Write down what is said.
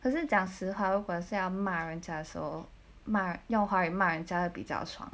可是讲实话如果是要骂人家的时候骂用华语骂人家会比较爽